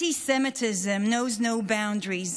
Anti-Semitism knows no boundaries,